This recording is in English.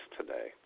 today